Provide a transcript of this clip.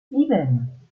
sieben